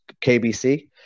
KBC